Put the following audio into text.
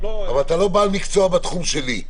אבל אתה לא בעל מקצוע בתחום שלי.